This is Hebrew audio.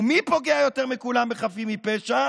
ומי פוגע יותר מכולם בחפים מפשע?